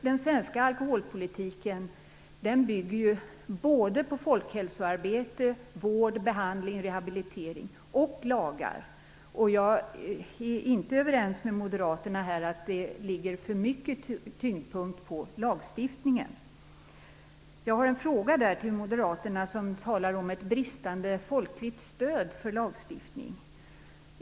Den svenska alkoholpolitiken bygger på såväl folkhälsoarbete, vård, behandling, rehabilitering som lagar. Jag är inte överens med moderaterna om att det läggs för mycket tonvikt vid lagstiftningen. Moderaterna talar om ett bristande folkligt stöd för lagstiftning.